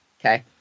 Okay